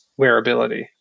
wearability